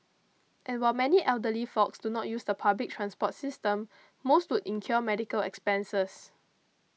and while many elderly folks do not use the public transport system most would incur medical expenses